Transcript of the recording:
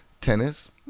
Tennis